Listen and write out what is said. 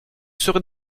serai